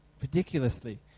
ridiculously